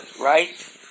right